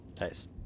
Nice